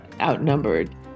outnumbered